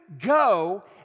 go